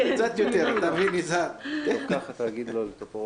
מה זה פה?